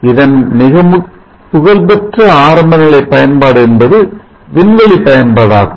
இதன் மிக புகழ்பெற்ற ஆரம்ப நிலை பயன்பாடு என்பது விண்வெளி பயன்பாடாகும்